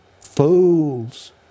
fools